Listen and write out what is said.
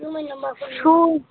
shoe